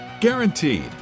guaranteed